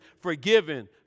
forgiven